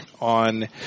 on